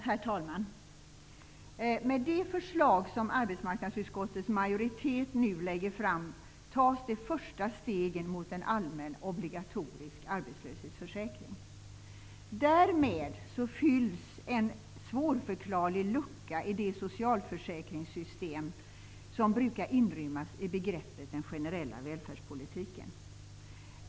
Herr talman! Med det förslag som arbetsmarknadsutskottets majoritet nu lägger fram tas de första stegen mot en allmän, obligatorisk arbetslöshetsförsäkring. Därmed fylls en svårförklarlig lucka i det socialförsäkringssystem som brukar inrymmas i begreppet den generella välfärdspolitiken.